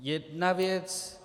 Jedna věc.